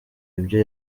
ibyo